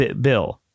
bill